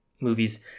movies